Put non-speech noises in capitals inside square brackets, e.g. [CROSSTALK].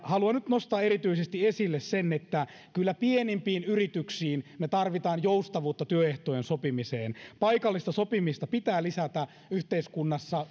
haluan nyt nostaa erityisesti esille sen että kyllä pienimpiin yrityksiin me tarvitsemme joustavuutta työehtojen sopimiseen paikallista sopimista pitää lisätä yhteiskunnassa [UNINTELLIGIBLE]